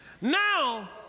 Now